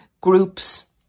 groups